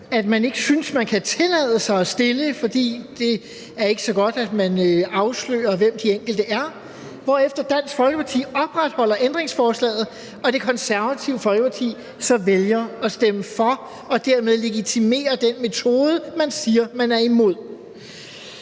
at man ikke synes man kan tillade sig at stille, fordi det ikke er så godt, at man afslører, hvem de enkelte er, hvorefter Dansk Folkeparti opretholder ændringsforslaget og Det Konservative Folkeparti så vælger at stemme for og dermed legitimere den metode, man siger man er imod.